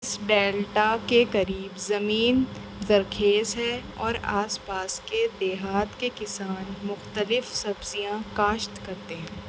اس delta کے قریب زمین زرخیز ہے اور آس پاس کے دیہات کے کسان مختلف سبزیاں کاشت کرتے ہیں